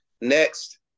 Next